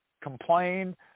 complain